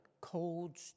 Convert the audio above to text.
cold